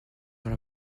dans